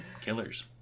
killers